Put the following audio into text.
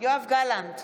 יואב גלנט,